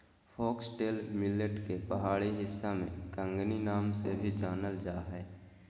foxtail millet के पहाड़ी हिस्सा में कंगनी नाम से भी जानल जा हइ